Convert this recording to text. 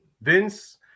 Vince